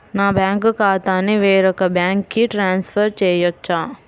నా బ్యాంక్ ఖాతాని వేరొక బ్యాంక్కి ట్రాన్స్ఫర్ చేయొచ్చా?